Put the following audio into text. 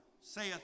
saith